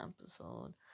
episode